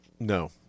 No